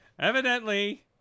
Evidently